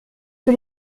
que